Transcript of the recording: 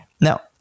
now